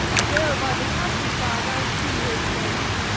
there by the castle side i see her place,